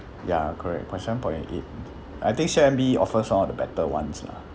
ya correct point seven point eight I think C_I_M_B offers one of the better ones lah